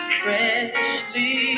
freshly